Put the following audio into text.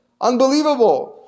Unbelievable